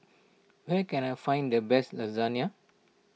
where can I find the best Lasagne